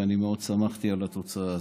ואני מאוד שמחתי על התוצאה הזאת.